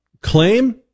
claim